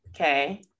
Okay